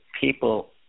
people